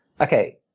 okay